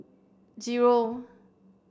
zero